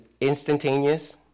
instantaneous